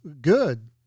Good